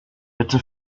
bitte